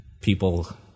people